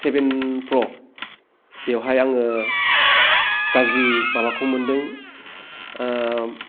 seven प्र बेवहाय आङो गाज्रि माबाखौ मोन्दों ओ